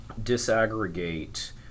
disaggregate